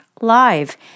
live